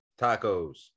Tacos